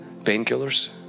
painkillers